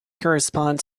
correspond